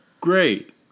Great